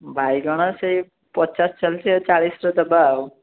ବାଇଗଣ ସେଇ ପଚାଶ ଚାଲିଛି ଚାଳିଶରେ ଦେବା ଆଉ